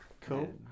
Cool